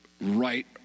right